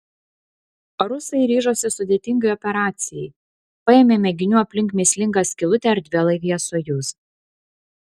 rusai ryžosi sudėtingai operacijai paėmė mėginių aplink mįslingą skylutę erdvėlaivyje sojuz